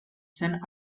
zen